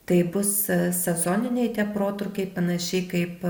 tai bus sezoniniai tie protrūkiai panašiai kaip